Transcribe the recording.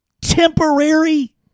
temporary